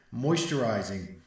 moisturizing